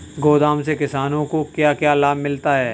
गोदाम से किसानों को क्या क्या लाभ मिलता है?